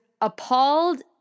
appalled